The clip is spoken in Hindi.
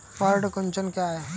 पर्ण कुंचन क्या है?